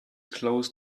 close